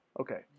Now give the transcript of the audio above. Okay